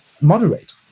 moderate